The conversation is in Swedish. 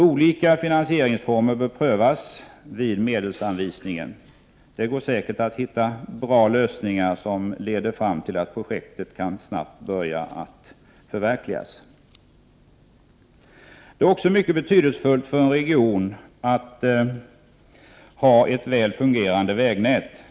Olika finansieringsformer bör prövas vid medelsanvisningen. Det går säkert att hitta bra lösningar som leder fram till att projektet snabbt kan börja att förverkligas. Det är också mycket betydelsefullt för en region att ha ett väl fungerande vägnät.